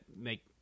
make